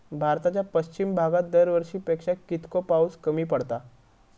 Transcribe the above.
भारताच्या पश्चिम भागात दरवर्षी पेक्षा कीतको पाऊस कमी पडता?